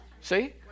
See